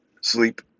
sleep